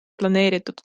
planeeritud